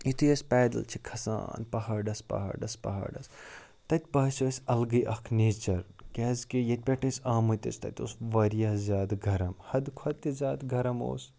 یُتھُے أسۍ پیدَل چھِ کھسان پہاڑَس پہاڑَس پہاڑَس تَتہِ باسیو اَسہِ اَلگٕے اَکھ نیچَر کیٛازکہِ ییٚتۍ پٮ۪ٹھ أسۍ آمٕتۍ ٲسۍ تَتہِ اوس واریاہ زیادٕ گَرم حدٕ کھۄتہٕ تہِ زیادٕ گَرَم اوس